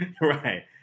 right